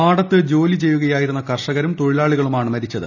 പാടത്ത് ജോലി ചെയ്യുകയായിരുന്നു കർഷകരും തൊഴിലാളികളുമാണ് മരിച്ചത്